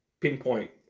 pinpoint